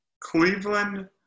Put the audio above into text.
Cleveland